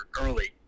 early